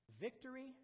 Victory